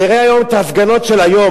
תראה את ההפגנות של היום,